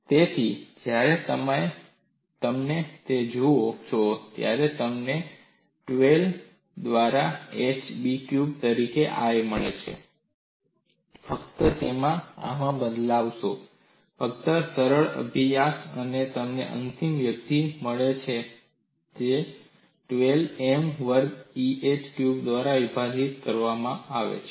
તેથી જ્યારે તમે તેને જુઓ છો ત્યારે તમને 12 દ્વારા h B ક્યુબ તરીકે I મળે છે અને ફક્ત તેને આમાં બદલો એકદમ સરળ અભ્યાસ અને તમને અંતિમ અભિવ્યક્તિ મળે છે જે 12 M વર્ગ Eh B ક્યુબ દ્વારા વિભાજિત તરીકે આપવામાં આવે છે